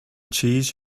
cheese